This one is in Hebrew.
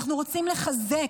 אנחנו רוצים לחזק,